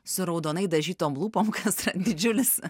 su raudonai dažytom lūpom kas yra didžiulis